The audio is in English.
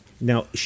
Now